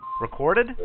Recorded